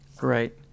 right